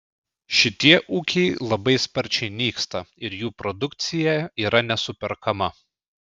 šitie ūkiai labai sparčiai nyksta ir jų produkcija yra nesuperkama